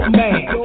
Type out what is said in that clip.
man